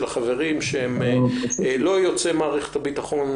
החברים שהם לא יוצאי מערכת הביטחון,